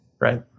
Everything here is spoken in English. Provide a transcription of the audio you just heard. Right